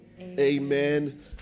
amen